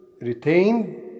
retained